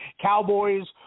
Cowboys